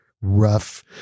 rough